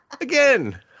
Again